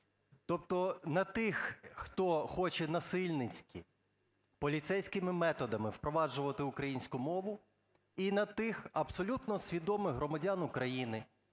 Тобто на тих, хто хоче насильницьки, поліцейськими методами впроваджувати українську мову, і на тих абсолютно свідомих громадян України,